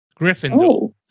Gryffindor